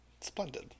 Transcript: Splendid